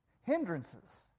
Hindrances